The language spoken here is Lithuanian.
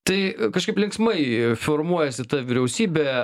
tai kažkaip linksmai formuojasi ta vyriausybė